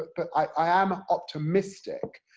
but, but, i am optimistic,